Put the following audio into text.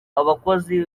abakozi